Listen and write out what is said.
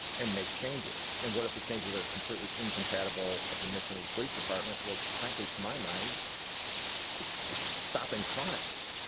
and make changes. and what if the changes are completely incompatible of the mission of the police department which wrinkly to my mind is is stopping crimes.